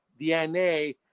DNA